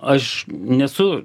aš nesu